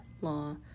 law